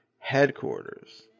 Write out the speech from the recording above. headquarters